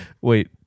wait